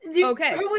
okay